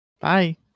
Bye